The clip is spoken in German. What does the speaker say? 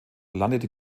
landete